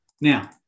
Now